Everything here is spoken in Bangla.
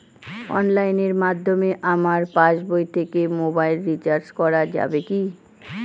অনলাইনের মাধ্যমে আমার পাসবই থেকে মোবাইল রিচার্জ করা যাবে কি?